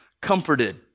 comforted